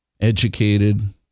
educated